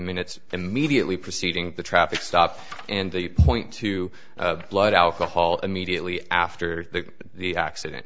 minutes immediately preceding the traffic stop and they point to blood alcohol immediately after the accident